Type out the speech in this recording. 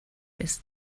bist